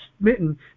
smitten